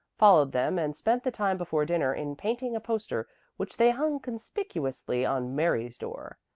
followed them, and spent the time before dinner in painting a poster which they hung conspicuously on mary's door.